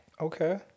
Okay